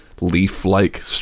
leaf-like